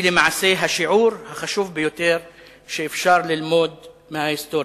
היא למעשה השיעור החשוב ביותר שאפשר ללמוד מההיסטוריה.